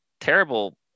terrible